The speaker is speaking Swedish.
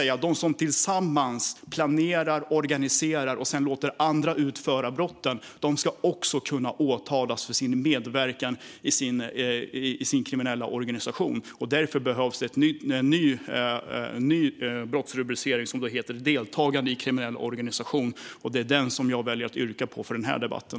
Även de som tillsammans planerar och organiserar och sedan låter andra utföra brotten ska alltså kunna åtalas för sin medverkan i en kriminell organisation. Därför behövs det en ny brottsrubricering, deltagande i kriminell organisation, och det är det jag väljer att yrka på i den här debatten.